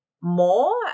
more